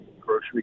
grocery